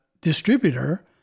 distributor